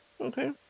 Okay